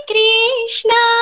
Krishna